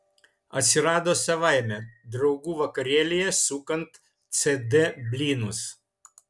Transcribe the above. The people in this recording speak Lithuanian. atsirado savaime draugų vakarėlyje sukant cd blynus